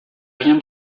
rien